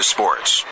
Sports